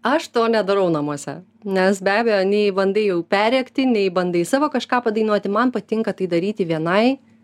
aš to nedarau namuose nes be abejo nei bandai jau perrėkti nei bandai savo kažką padainuoti man patinka tai daryti vienai